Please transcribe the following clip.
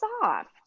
soft